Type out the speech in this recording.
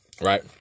Right